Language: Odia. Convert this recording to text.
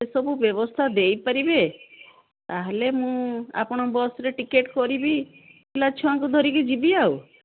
ସେସବୁ ବ୍ୟବସ୍ଥା ଦେଇପାରିବେ ତା'ହେଲେ ମୁଁ ଆପଣ ବସ୍ରେ ଟିକେଟ୍ କରିବି ପିଲା ଛୁଆଙ୍କୁ ଧରିକି ଯିବି ଆଉ